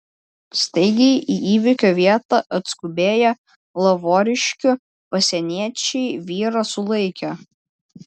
staigiai į įvykio vietą atskubėję lavoriškių pasieniečiai vyrą sulaikė